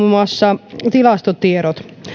muassa tilastotiedot